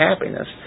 happiness